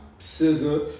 scissor